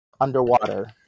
underwater